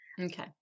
Okay